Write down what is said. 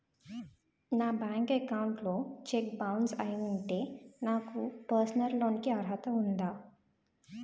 నా bank account లో cheque bounce అయ్యి ఉంటే నాకు పర్సనల్ లోన్ కీ అర్హత ఉందా?